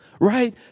right